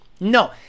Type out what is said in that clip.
No